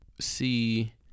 see